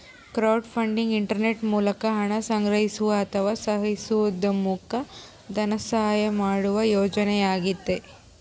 crowdfunding internet ಮೂಲಕ ಹಣ ಸಂಗ್ರಹಿಸುವ ಅಥವಾ ಸಾಹಸೋದ್ಯಮುಕ್ಕ ಧನಸಹಾಯ ಮಾಡುವ ಯೋಜನೆಯಾಗೈತಿ